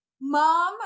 Mom